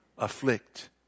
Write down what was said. Afflict